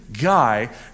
guy